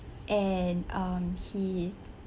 and um he